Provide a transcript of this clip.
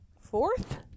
fourth